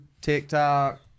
TikTok